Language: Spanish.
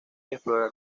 explorar